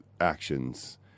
actions